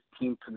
team